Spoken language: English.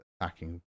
attacking